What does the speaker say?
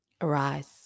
Arise